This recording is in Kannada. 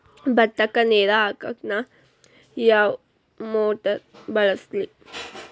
ಭತ್ತಕ್ಕ ನೇರ ಹಾಕಾಕ್ ನಾ ಯಾವ್ ಮೋಟರ್ ಬಳಸ್ಲಿ?